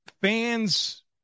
fans